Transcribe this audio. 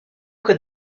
could